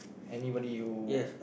anybody you